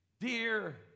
dear